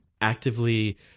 actively